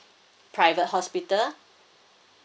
private hospital